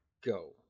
go